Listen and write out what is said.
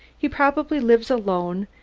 he probably lives alone,